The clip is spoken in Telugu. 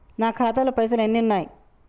నా ఖాతాలో పైసలు ఎన్ని ఉన్నాయి?